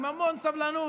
עם המון סבלנות,